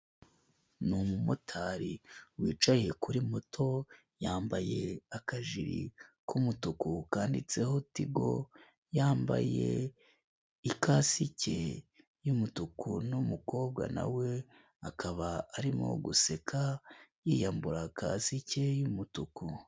Ni umumotari wicaye kuri moto, yambaye akajiri k'umutuku kanditseho tigo, yambaye ikasike y'umutuku n'umukobwa nawe akaba arimo guseka yiyambura kasike y'umutuku.